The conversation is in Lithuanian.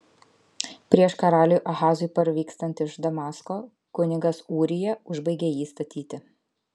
prieš karaliui ahazui parvykstant iš damasko kunigas ūrija užbaigė jį statyti